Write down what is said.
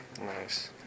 Nice